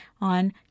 on